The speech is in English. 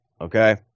okay